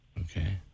Okay